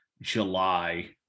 July